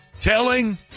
Telling